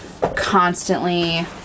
constantly